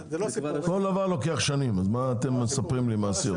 כל דבר לוקח שנים אז מה אתם מספרים לי מעשיות.